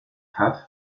hat